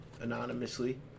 anonymously